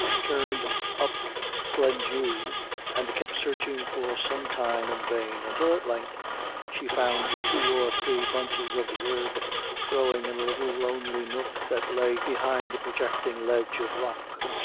turned up glendhu, and kept searching for some time in vain, until at length she found two or three bunches of the herb growing in a little lonely nook that lay behind a projecting ledge of rock,